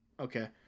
Okay